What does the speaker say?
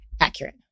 accurate